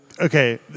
Okay